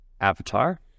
Avatar